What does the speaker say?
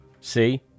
see